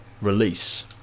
release